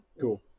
Cool